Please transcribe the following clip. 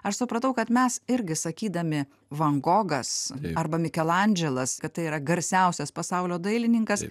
aš supratau kad mes irgi sakydami van gogas arba mikelandželas kad tai yra garsiausias pasaulio dailininkas